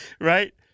Right